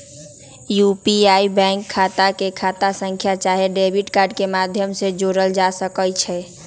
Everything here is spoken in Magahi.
यू.पी.आई में बैंक खता के खता संख्या चाहे डेबिट कार्ड के माध्यम से जोड़ल जा सकइ छै